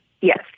Yes